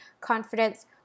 confidence